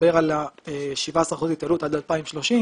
על ה-17 אחוזים התייעלות עד ל-2030.